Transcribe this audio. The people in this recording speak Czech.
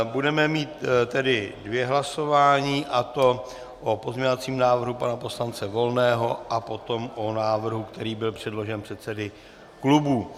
Budeme mít tedy dvě hlasování, a to o pozměňovacím návrhu pana poslance Volného a potom o návrhu, který byl předložen předsedy klubů.